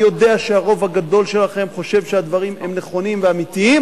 אני יודע שהרוב הגדול שלכם חושב שהדברים הם נכונים ואמיתיים.